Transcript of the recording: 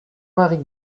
marie